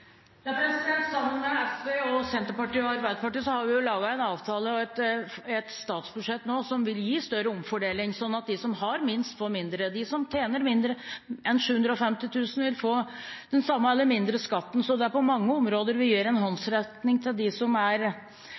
SV, Senterpartiet og Arbeiderpartiet har nå sammen laget en avtale og et statsbudsjett som vil gi større omfordeling, sånn at de som har minst, får mer. De som tjener mindre enn 750 000 kr, vil få den samme skatten eller mindre. Så på mange områder gir vi en håndsrekning til dem som har utfordringer. Bostøtte er